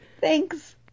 Thanks